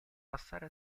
passare